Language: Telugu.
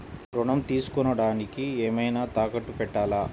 ఋణం తీసుకొనుటానికి ఏమైనా తాకట్టు పెట్టాలా?